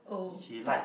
oh but